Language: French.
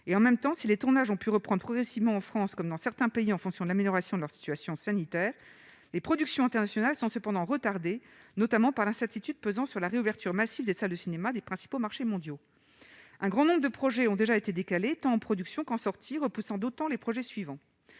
et en même temps si les tournages ont pu reprend progressivement en France comme dans certains pays, en fonction de l'amélioration de leur situation sanitaire les productions internationales sont cependant retardé notamment par l'incertitude pesant sur la réouverture massif des salles de cinéma des principaux marchés mondiaux, un grand nombre de projets ont déjà été décalés tant production sortir, repoussant d'autant les projets suivants